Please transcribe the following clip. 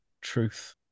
truth